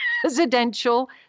presidential